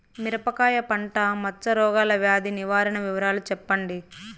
మిరపకాయ పంట మచ్చ రోగాల వ్యాధి నివారణ వివరాలు చెప్పండి?